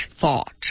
thought